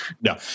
No